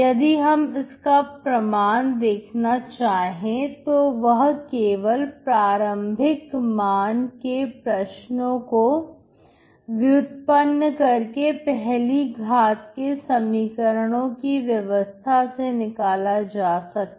यदि हम इसका प्रमाण देखना चाहे तो वह केवल प्रारंभिक मान के प्रश्नों को व्युत्पन्न करके पहली घाट के समीकरणों की व्यवस्था से निकाला जा सकता है